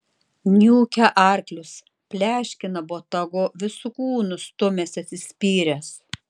niūkia arklius pleškina botagu visu kūnu stumiasi atsispyręs